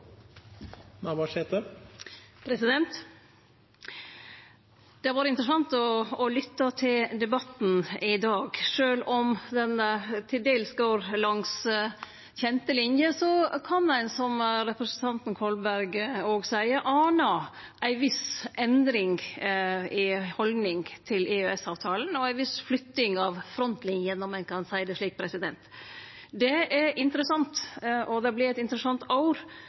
Det har vore interessant å lytte til debatten i dag. Sjølv om han til dels går langs kjende linjer, kan ein, som representanten Kolberg òg seier, ane ei viss endring i haldninga til EØS-avtalen og ei viss flytting av frontlinjene, om ein kan seie det slik. Det er interessant. Det vert òg eit interessant